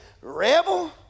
rebel